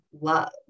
love